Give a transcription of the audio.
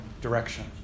direction